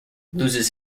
loses